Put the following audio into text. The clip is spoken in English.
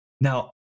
now